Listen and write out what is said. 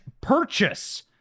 purchase